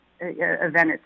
event